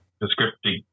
descriptive